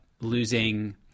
losing